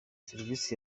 serivisi